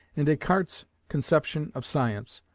in descartes' conception of science,